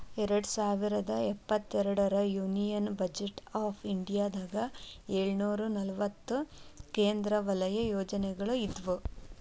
ಎರಡ್ ಸಾವಿರದ ಇಪ್ಪತ್ತೆರಡರ ಯೂನಿಯನ್ ಬಜೆಟ್ ಆಫ್ ಇಂಡಿಯಾದಾಗ ಏಳುನೂರ ನಲವತ್ತ ಕೇಂದ್ರ ವಲಯ ಯೋಜನೆಗಳ ಇದ್ವು